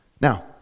Now